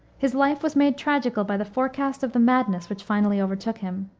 his life was made tragical by the forecast of the madness which finally overtook him.